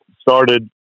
Started